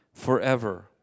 Forever